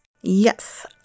Yes